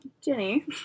Jenny